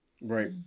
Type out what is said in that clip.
Right